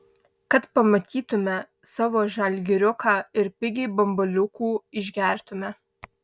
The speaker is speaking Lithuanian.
kad pamatytume savo žalgiriuką ir pigiai bambaliukų išgertume